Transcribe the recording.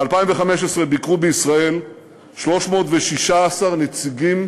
ב-2015 ביקרו בישראל 316 נציגים